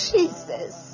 Jesus